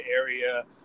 area